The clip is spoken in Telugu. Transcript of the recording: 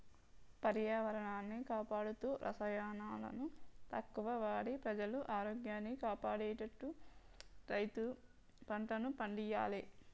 పర్యావరణాన్ని కాపాడుతూ రసాయనాలను తక్కువ వాడి ప్రజల ఆరోగ్యాన్ని కాపాడేట్టు రైతు పంటలను పండియ్యాలే